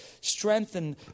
strengthen